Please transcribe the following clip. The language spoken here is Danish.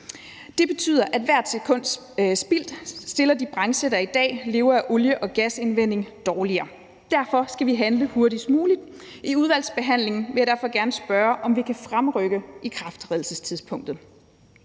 Det betyder, at hvert sekund spildt stiller de brancher, der i dag lever af olie- og gasindvinding, dårligere. Derfor skal vi handle hurtigst muligt. I udvalgsbehandlingen vil jeg derfor gerne spørge, om vi kan fremrykke ikrafttrædelsestidspunktet.